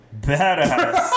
Badass